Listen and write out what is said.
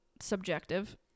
subjective